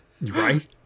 Right